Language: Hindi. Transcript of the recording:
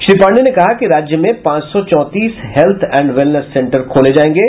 श्री पांडेय ने कहा कि राज्य में पांच सौ चौंतीस हेल्थ एंड वेलनेस सेंटर खोले जायेंगे